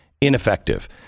ineffective